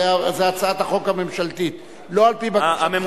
זה הצעת החוק הממשלתית, לא על-פי בקשתך,